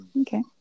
Okay